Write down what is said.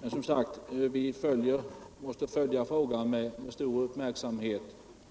Vi måste som sagt följa frågan med stor uppmärksamhet